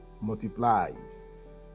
multiplies